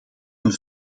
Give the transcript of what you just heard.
een